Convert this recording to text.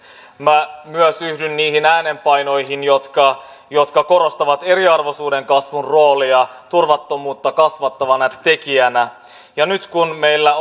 minä myös yhdyn niihin äänenpainoihin jotka jotka korostavat eriarvoisuuden kasvun roolia turvattomuutta kasvattavana tekijänä nyt kun meillä